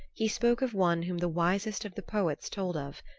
he spoke of one whom the wisest of the poets told of,